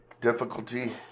difficulty